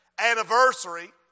anniversary